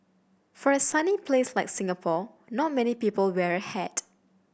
for a sunny place like Singapore not many people wear a hat